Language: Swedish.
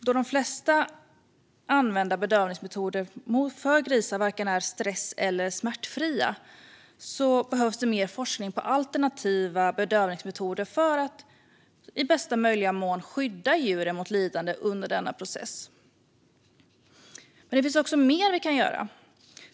Då de mest använda bedövningsmetoderna för grisar varken är stress eller smärtfria behövs det mer forskning på alternativa bedövningsmetoder för att i bästa möjliga mån skydda djuren mot lidande under denna process. Det finns också mer vi kan göra.